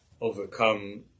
overcome